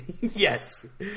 yes